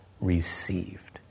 received